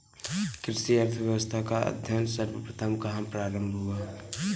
कृषि अर्थशास्त्र का अध्ययन सर्वप्रथम कहां प्रारंभ हुआ?